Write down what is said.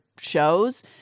shows